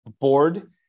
board